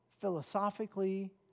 philosophically